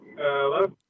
Hello